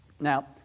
Now